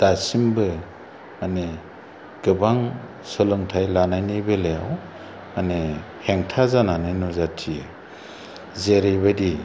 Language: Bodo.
दासिमबो मानि गोबां सोलोंथाइ लानायनि बेलायाव मानि हेंथा जानानै नुजाथियो जेरैबायदि